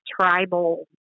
tribal